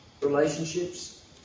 relationships